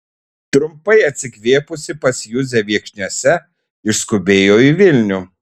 trumpai atsikvėpusi pas juzę viekšniuose išskubėjo į vilnių